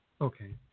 Okay